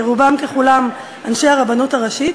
שרובם ככולם אנשי הרבנות הראשית,